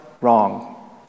wrong